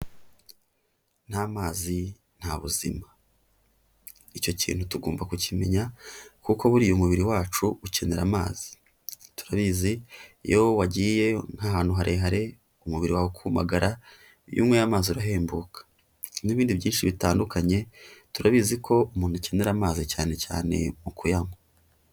Nta mazi nta buzima. Icyo kintu tugomba kukimenya kuko buriya umubiri wacu ukenera amazi. Turabizi iyo wagiyeyo nk'ahantu harehare umubiri wawe ukumagara iyo unyweye amazi urahembuka. N'ibindi byinshi bitandukanye turabizi ko umuntu akenera amazi cyane cyane mu kuyanywa.